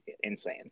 insane